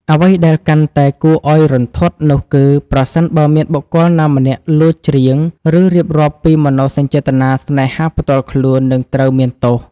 អ្វីដែលកាន់តែគួរឲ្យរន្ធត់នោះគឺ ប្រសិនបើមានបុគ្គលណាម្នាក់លួចច្រៀង ឬរៀបរាប់ពីមនោសញ្ចេតនាស្នេហាផ្ទាល់ខ្លួន និងត្រូវមានទោស។